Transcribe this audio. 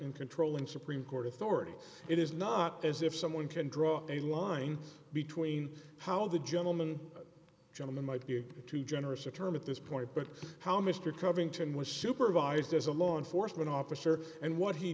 in controlling supreme court authority it is not as if someone can draw a line between how the gentleman gentlemen might be too generous a term at this point but how mr covington was supervised as a law enforcement officer and what he